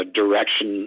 direction